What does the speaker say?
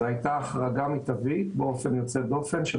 זאת הייתה החרגה באופן יוצאת דופן של